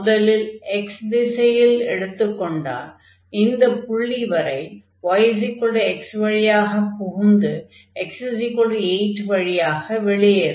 முதலில் x திசையில் எடுத்துக்கொண்டால் இந்த புள்ளி வரை y x வழியாகப் புகுந்து x 8 வழியாக வெளியேறும்